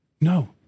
no